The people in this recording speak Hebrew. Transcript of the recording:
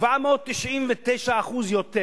799% יותר.